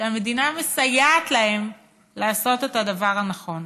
שהמדינה מסייעת להם לעשות את הדבר הנכון.